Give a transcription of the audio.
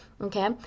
okay